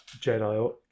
Jedi